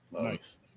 Nice